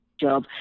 job